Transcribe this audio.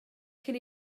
cyn